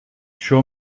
show